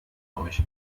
euch